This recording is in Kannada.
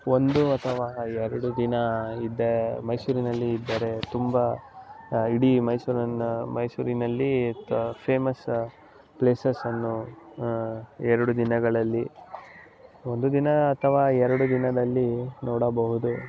ಒಂದು ಅಥವಾ ಎರಡು ದಿನ ಇದ್ದ ಮೈಸೂರಿನಲ್ಲಿ ಇದ್ದರೆ ತುಂಬ ಇಡೀ ಮೈಸೂರನ್ನು ಮೈಸೂರಿನಲ್ಲಿ ತ ಫೇಮಸ್ ಪ್ಲೇಸಸನ್ನು ಎರಡು ದಿನಗಳಲ್ಲಿ ಒಂದು ದಿನ ಅಥವಾ ಎರಡು ದಿನದಲ್ಲಿ ನೋಡಬಹುದು